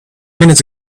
minutes